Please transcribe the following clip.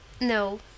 No